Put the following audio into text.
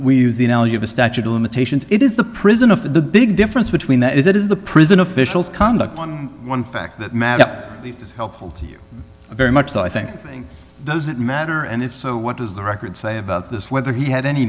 we use the analogy of a statute of limitations it is the prison of the big difference between that is it is the prison officials conduct on one fact that matter is helpful to you very much so i think the thing doesn't matter and if so what does the record say about this whether he had any